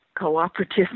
cooperative